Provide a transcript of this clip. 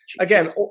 Again